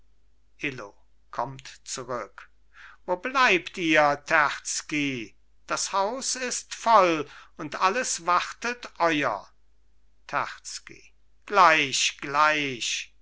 illo kommt zurück wo bleibt ihr terzky das haus ist voll und alles wartet euer terzky gleich gleich